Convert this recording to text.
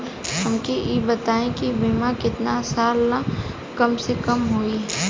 हमके ई बताई कि बीमा केतना साल ला कम से कम होई?